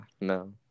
no